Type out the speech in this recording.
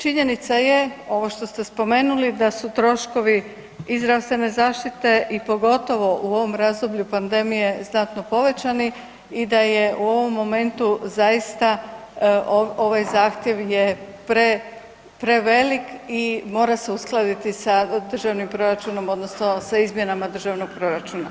Činjenica je ovo što ste spomenuli da su troškovi i zdravstvene zaštite i pogotovo u ovom razdoblju pandemije znatno povećani i da je u ovom momentu zaista ovaj zahtjev je prevelik i mora se uskladiti sa državnim proračunom, odnosno sa izmjenama državnog proračuna.